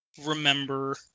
remember